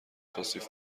توصیف